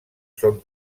són